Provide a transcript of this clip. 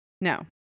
No